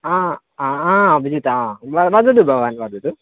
हा हा अभिजित वदतु भवान् वदतु